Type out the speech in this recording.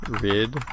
rid